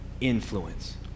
influence